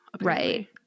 Right